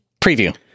Preview